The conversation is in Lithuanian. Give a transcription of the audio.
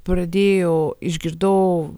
pradėjau išgirdau